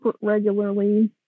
regularly